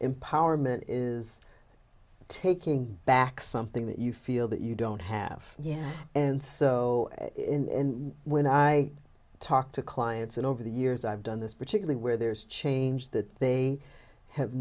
empowerment is taking back something that you feel that you don't have yet and so in when i talk to clients and over the years i've done this particularly where there's change that they have